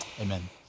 amen